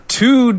two